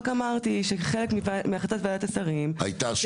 רק אמרתי שבחלק בהחלטת ועדת השרים -- היה מה?